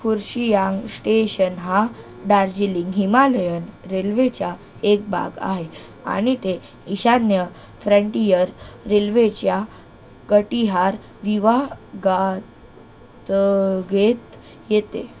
Kurseong station हा Darjeeling Himalayan रेल्वेचा एक भाग आहे आणि ते ईशान्य फ्रँटियर रेल्वेच्या कटिहार विभागा तगेत येते